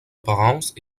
apparence